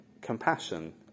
compassion